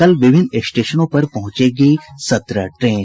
कल विभिन्न स्टेशनों पर पहुंचेगी सत्रह ट्रेन